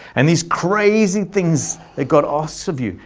and these crazy things, they got us of you.